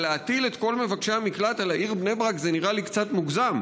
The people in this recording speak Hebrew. אבל להטיל את כל מבקשי המקלט על העיר בני ברק זה נראה לי קצת מוגזם.